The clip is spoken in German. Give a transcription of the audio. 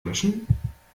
löschen